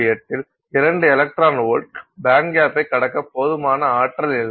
8 இல் 2 electron volt பேண்ட்கேப்பைக் கடக்க போதுமான ஆற்றல் இல்லை